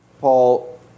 Paul